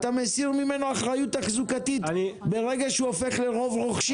אתה מסיר ממנו אחריות על התחזוקה ברגע שהוא הופך לרוב רוכשים.